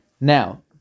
Now